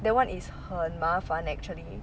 that one is 很麻烦 actually